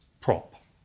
prop